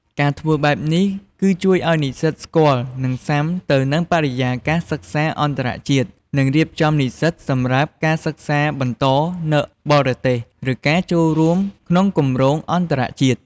ការធ្វើបែបនេះគឺជួយឱ្យនិស្សិតស្គាល់ និងស៊ាំទៅនឹងបរិយាកាសសិក្សាអន្តរជាតិនឹងរៀបចំនិស្សិតសម្រាប់ការសិក្សាបន្តនៅបរទេស ឬការចូលរួមក្នុងគម្រោងអន្តរជាតិ។